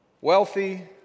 wealthy